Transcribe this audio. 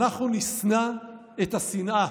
אנחנו נשנא את השנאה.